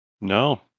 No